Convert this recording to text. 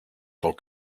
tant